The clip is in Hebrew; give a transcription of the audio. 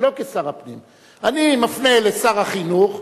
ולא כשר הפנים: אני מפנה לשר החינוך,